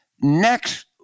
Next